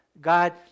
God